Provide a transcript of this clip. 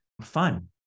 fun